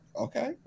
Okay